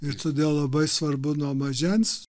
ir todėl labai svarbu nuo mažens